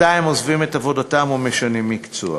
מתי הם עוזבים את עבודתם ומשנים מקצוע.